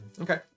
Okay